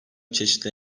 çeşitli